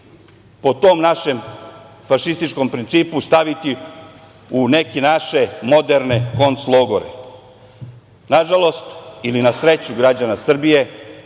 po tom našem fašističkom principu, staviti u neke naše moderne konclogore. Nažalost ili na sreću građana Srbije,